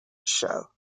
show